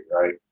right